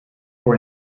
for